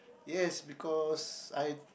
yes because I